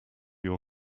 your